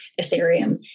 Ethereum